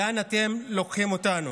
לאן אתם לוקחים אותנו,